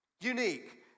unique